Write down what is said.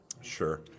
sure